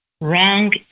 Wrong